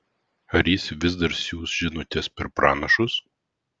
ar jis vis dar siųs žinutes per pranašus